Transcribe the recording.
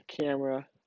camera